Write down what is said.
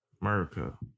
america